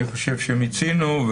תודה, אני חושב שמיצינו.